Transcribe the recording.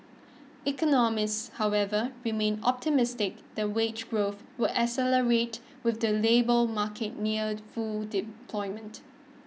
economists however remain optimistic that wage growth will accelerate with the labour market near full deployment